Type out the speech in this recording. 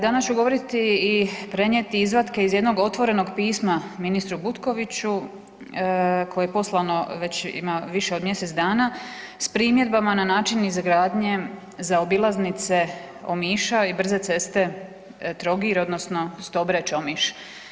Danas ću govoriti i prenijeti izvatke iz jednog otvorenog pisma ministru Butkoviću koje je poslano već ima više od mjesec dana s primjedbama na način izgradnje zaobilaznice Omiša i brze ceste Trogir, odnosno Stobreč-Omiš.